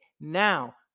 now